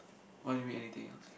what do you mean anything else